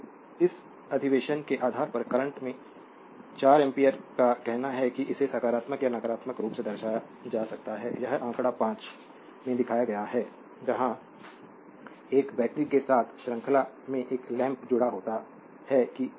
तो इस अधिवेशन के आधार पर करंट में 4 एम्पीयर का कहना है कि इसे सकारात्मक या नकारात्मक रूप से दर्शाया जा सकता है यह आंकड़ा 5 में दिखाया गया है जहां एक बैटरी के साथ श्रृंखला में एक लैंप जुड़ा होता है कि यह कैसा है